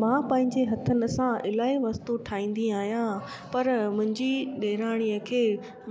मां पंहिंजे हथनि सां इलाही वस्तू ठाहींदी आहियां पर मुंहिंजी ॾेराणीअ खे